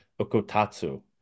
Okotatsu